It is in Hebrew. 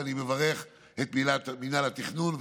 ואני מברך את מינהל התכנון,